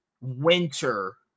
winter